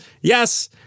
Yes